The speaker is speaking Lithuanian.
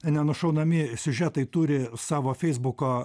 nenušaunami siužetai turi savo feisbuko